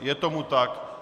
Je tomu tak.